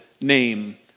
name